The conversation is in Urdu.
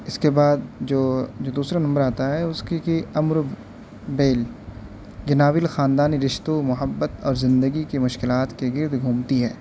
اس کے بعد جو جو دوسرا نمبر آتا ہے اس کی کی امر بیل یہ ناول خاندانی رشتوں محبت اور زندگی کی مشکلات کے گرد گھومتی ہے